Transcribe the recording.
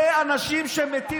זה אנשים שמתים,